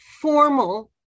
formal